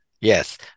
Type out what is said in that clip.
yes